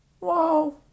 Wow